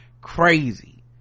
crazy